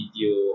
video